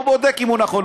לא בודק אם הוא נכון,